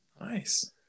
Nice